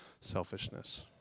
selfishness